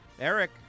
Eric